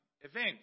event